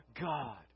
God